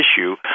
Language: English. issue